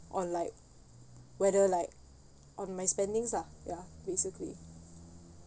on like whether like on my spendings lah ya basically